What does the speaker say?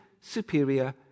superior